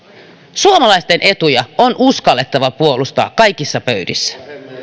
suomalaisten etuja on uskallettava puolustaa kaikissa pöydissä